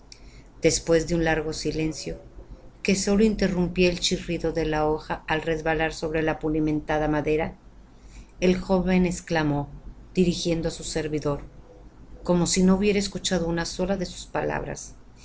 después de un largo silencio que sólo interrumpía el chirrido de la hoja al resbalarse sobre la pulimentada madera el joven exclamó dirigiéndose á su servidor como si no hubiera escuchado una sola de sus palabras